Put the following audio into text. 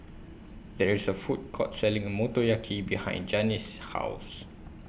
There IS A Food Court Selling Motoyaki behind Jannie's House